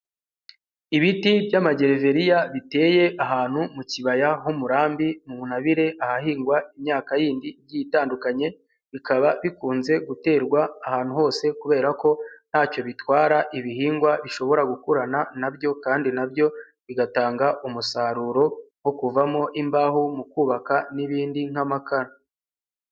Ibiti by'amagereveriya, biteye ahantu mu kibaya h'umurambi, mu ntabire ahahingwa imyaka yindi igiye itandukanye, bikaba bikunze guterwa ahantu hose kubera ko ntacyo bitwara ibihingwa bishobora gukurana na byo kandi na byo bigatanga umusaruro wo kuvamo imbaho, mu kubaka n'ibindi nk'amakara.